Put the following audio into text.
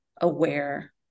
aware